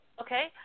okay